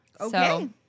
Okay